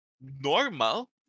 normal